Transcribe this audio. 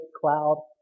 cloud